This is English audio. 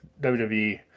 WWE